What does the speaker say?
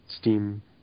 Steam